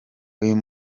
uyu